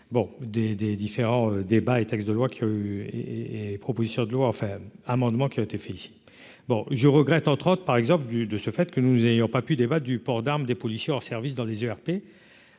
des des différents débats et textes de loi qui a eu et et propositions de loi, enfin, amendement qui a été fait ici, bon, je regrette, entre autres, par exemple du de ce fait que nous ayons pas pu débat du port d'arme des policiers hors service dans les ERP